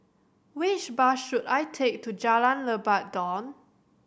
which bus should I take to Jalan Lebat Daun